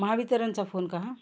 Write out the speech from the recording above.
महावितरणचा phone का हा